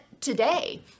today